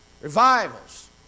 revivals